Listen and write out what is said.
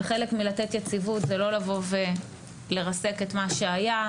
חלק ממתן יציבות זה לא לבוא ולרסק את מה שהיה,